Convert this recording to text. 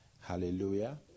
Hallelujah